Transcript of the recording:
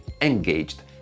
engaged